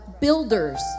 builders